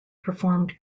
performed